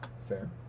Fair